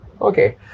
Okay